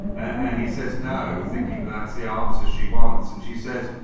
and he says, no. thinking that i see alex as she wants. and she says,